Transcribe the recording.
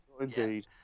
indeed